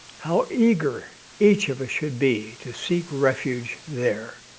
how eager each of us should be to seek refuge there.